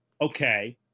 Okay